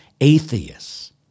atheists